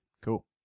cool